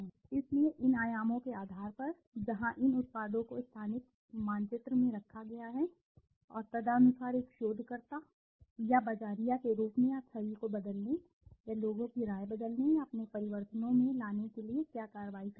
इसलिए इन आयामों के आधार पर जहां इन उत्पादों को स्थानिक मानचित्र में रखा गया है और तदनुसार एक शोधकर्ता या बाज़ारिया के रूप में आप छवि को बदलने या लोगों की राय बदलने या अपने परिवर्तनों में लाने के लिए क्या कार्रवाई करेंगे